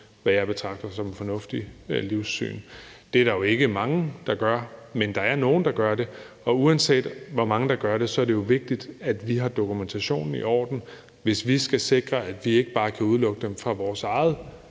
hvad jeg betragter som et fornuftigt livssyn. Det er der jo ikke mange der gør, men der er nogen, der gør det, og uanset hvor mange der gør det, er det jo vigtigt, at vi har dokumentationen i orden, hvis vi skal sikre, at vi ikke bare kan udelukke dem fra vores eget